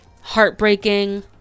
heartbreaking